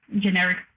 generic